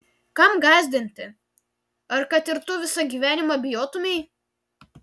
kam gąsdinti ar kad ir tu visą gyvenimą bijotumei